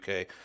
UK